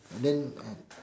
and then uh